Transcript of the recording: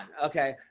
okay